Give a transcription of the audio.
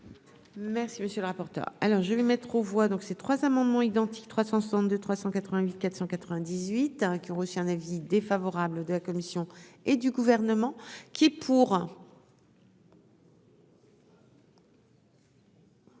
Merci, monsieur le rapporteur, alors je vais mettre aux voix, donc ces trois amendements identiques : 362 388 498 qui ont reçu un avis défavorable de la commission et du gouvernement qui est pour.